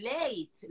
late